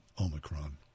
Omicron